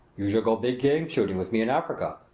you shall go big-game shooting with me in africa.